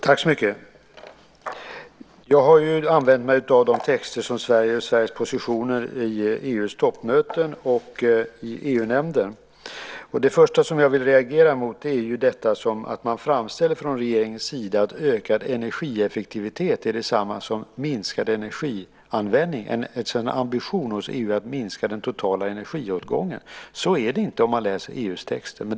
Herr talman! Jag har använt mig av texter om Sveriges positioner i EU:s toppmöten och i EU-nämnden. Det första jag vill reagera mot är att man från regeringens sida framställer det som att ökad energieffektivitet är detsamma som minskad energianvändning. Någon ambition hos EU att minska den totala energiåtgången hittar man inte om man läser EU:s texter.